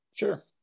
Sure